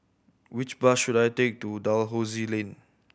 which bus should I take to Dalhousie Lane